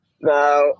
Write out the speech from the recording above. Now